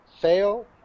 fail